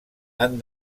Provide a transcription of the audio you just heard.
han